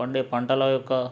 పండే పంటల యొక్క